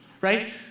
right